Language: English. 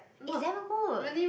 is damn good